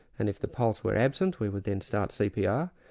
and if the pulse were absent, we would then start cpr,